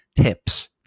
tips